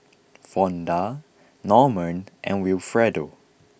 Fonda Norman and Wilfredo